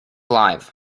live